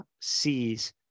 sees